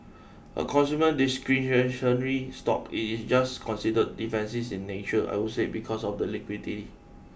a consumer discretionary stock it is just considered defensive in nature I would say because of the liquidity